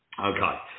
Okay